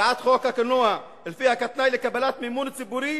הצעת חוק הקולנוע, שלפיה כתנאי לקבלת מימון ציבורי